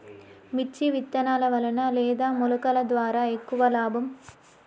మిర్చి విత్తనాల వలన లేదా మొలకల ద్వారా ఎక్కువ లాభం?